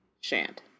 Shant